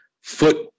foot